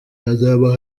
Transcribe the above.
hazaba